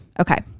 Okay